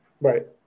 Right